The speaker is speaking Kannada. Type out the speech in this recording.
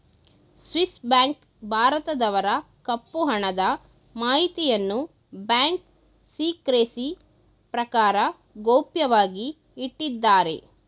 ಸ್ವಿಸ್ ಬ್ಯಾಂಕ್ ಭಾರತದವರ ಕಪ್ಪು ಹಣದ ಮಾಹಿತಿಯನ್ನು ಬ್ಯಾಂಕ್ ಸಿಕ್ರೆಸಿ ಪ್ರಕಾರ ಗೌಪ್ಯವಾಗಿ ಇಟ್ಟಿದ್ದಾರೆ